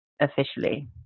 officially